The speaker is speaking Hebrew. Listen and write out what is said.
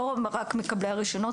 לא רק מקבל רישיונות,